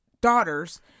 daughters